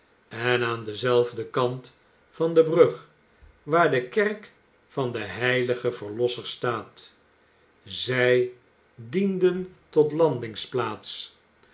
en aan denzelfden kant van de brug waar de kerk van den heiligen verlosser staat zij dienden tot